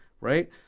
right